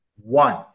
one